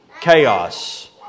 chaos